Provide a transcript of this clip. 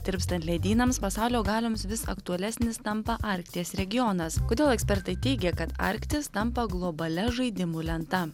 tirpstant ledynams pasaulio galioms vis aktualesnis tampa arkties regionas kodėl ekspertai teigia kad arktis tampa globalia žaidimų lenta